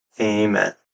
Amen